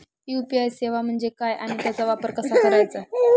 UPI सेवा म्हणजे काय आणि त्याचा वापर कसा करायचा?